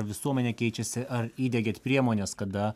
visuomenė keičiasi ar įdiegėt priemones kada